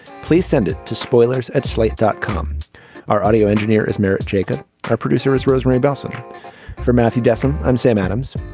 please send it to spoilers at slate. that comes our audio engineer is merrit jacob our producer is rosemarie benson for matthew desolate. i'm sam adams.